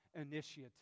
initiative